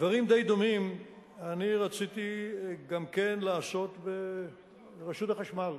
דברים די דומים אני רציתי גם לעשות ברשות החשמל.